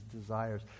desires